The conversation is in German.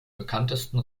bekanntesten